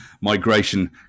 migration